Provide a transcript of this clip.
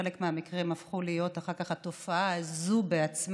בחלק מהמקרים הפכו להיות אחר כך התופעה הזאת בעצמם.